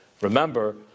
Remember